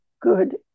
good